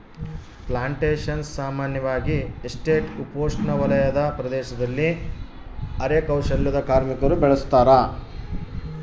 plantations ಸಾಮಾನ್ಯವಾಗಿ estate ಉಪೋಷ್ಣವಲಯದ ಪ್ರದೇಶದಲ್ಲಿ ಅರೆ ಕೌಶಲ್ಯದ ಕಾರ್ಮಿಕರು ಬೆಳುಸತಾರ